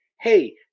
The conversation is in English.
Hey